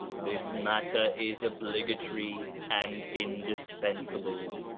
this matter is obligatory and indispensable,